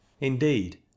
Indeed